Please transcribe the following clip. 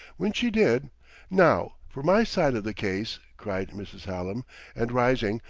when she did now for my side of the case! cried mrs. hallam and rising,